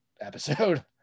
episode